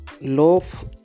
Loaf